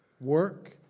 Work